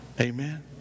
Amen